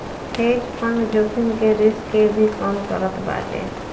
hedge fund जोखिम के risk के भी कम करत बाटे